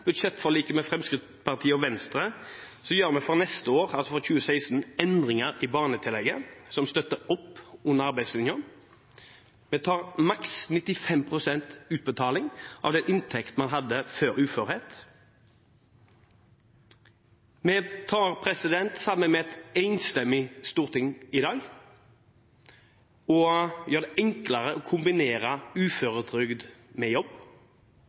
budsjettforliket med Kristelig Folkeparti og Venstre gjør vi fra neste år – altså for 2016 – endringer i barnetillegget som støtter opp under arbeidslinjen. Vi tar maks 95 pst. utbetaling av den inntekt man hadde før uførhet. Vi gjør det, sammen med et enstemmig storting i dag, enklere å kombinere uføretrygd med jobb.